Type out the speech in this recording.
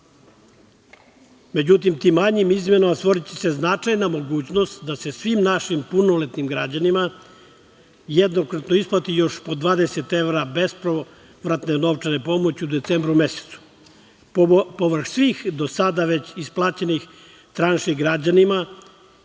Međutim, tim manjim izmenama ostvariće se značajna mogućnost da se svim našim punoletnim građanima jednokratno isplati još po 20 evra bespovratne novčane pomoći u decembru mesecu povrh svih do sada već isplaćenih tranši građanima